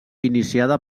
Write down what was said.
iniciada